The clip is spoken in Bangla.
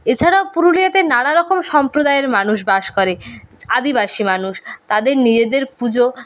এছাড়াও পুরুলিয়াতে নানা রকম সম্প্রদায়ের মানুষ বাস করে আদিবাসী মানুষ তাদের নিজেদের পুজো